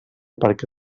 perquè